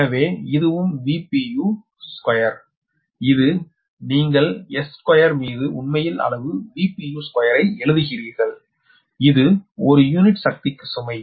எனவே இதுவும் 2 இது நீங்கள் S2 மீது உண்மையில் அளவு 2 ஐ எழுதுகிறீர்கள் இது ஒரு யூனிட் சக்திக்கு சுமை